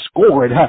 scored